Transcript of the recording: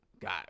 got